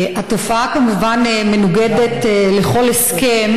התופעה כמובן מנוגדת לכל הסכם,